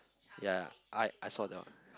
ya I I saw that one